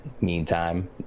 meantime